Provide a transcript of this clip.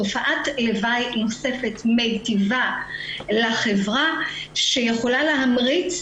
תופעת לוואי נוספת מטיבה לחברה שיכולה להמריץ